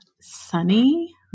Sunny